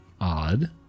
Odd